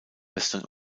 western